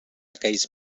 aquells